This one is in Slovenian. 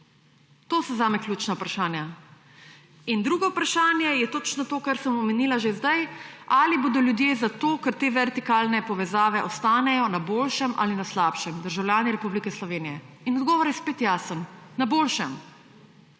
To so zame ključna vprašanja. Drugo vprašanje je točno to, kar sem omenila že sedaj. Ali bodo ljudje, zato ker te vertikalne povezave ostanejo, na boljšem ali na slabšem, državljani Republike Slovenije? Odgovor je spet jasen, na boljšem.